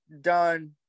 done